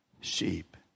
sheep